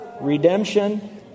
redemption